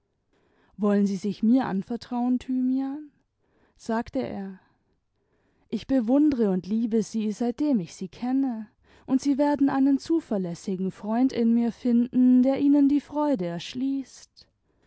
wollen sie sich mir anvertrauen thymian sagte er jch bewimdere und liebe sie seitdem ich sie kenne und sie werden einen zuverlässigen freund in mir finden der ihnen die freude erschließt